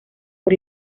por